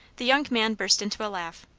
the young man burst into a laugh.